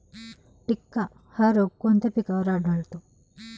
टिक्का हा रोग कोणत्या पिकावर आढळतो?